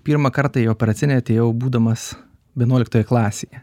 pirmą kartą į operacinę atėjau būdamas vienuoliktoje klasėje